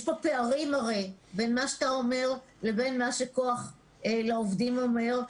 יש פערים בין מה שאתה אומר לבין מה שכוח לעובדים אומר.